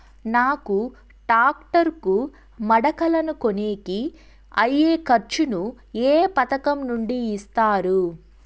నాకు టాక్టర్ కు మడకలను కొనేకి అయ్యే ఖర్చు ను ఏ పథకం నుండి ఇస్తారు?